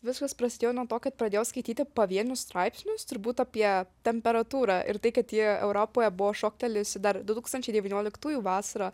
viskas prasidėjo nuo to kad pradėjau skaityti pavienius straipsnius turbūt apie temperatūrą ir tai kad ji europoje buvo šoktelėjusi dar du tūkstančiai devynioliktųjų vasarą